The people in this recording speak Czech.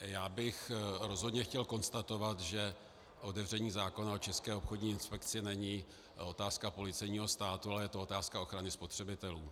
Já bych rozhodně chtěl konstatovat, že otevření zákona o České obchodní inspekci není otázka policejního státu, ale je to otázka ochrany spotřebitelů.